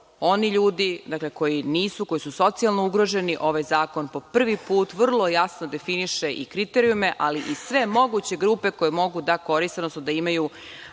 oni ljudi koji su socijalno ugroženi. Ovaj zakon po prvi put vrlo jasno definiše i kriterijume ali i sve moguće grupe koje mogu da koriste socijalne